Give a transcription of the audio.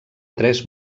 tres